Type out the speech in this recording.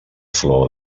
flor